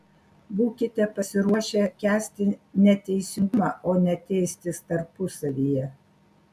būkite pasiruošę kęsti neteisingumą o ne teistis tarpusavyje